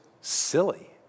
silly